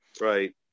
Right